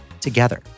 together